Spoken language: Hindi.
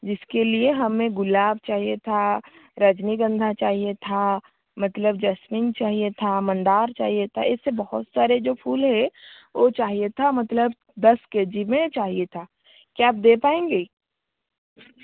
जिसके लिए हमें गुलाब चाहिए था रजनीगंधा चाहिए था मतलब जसमीन चाहिए था मंदार चाहिए था ऐसे बहुत सारे जो फूल है वह चाहिए था मतलब दस के जी में चाहिए था क्या आप दे पाएंगे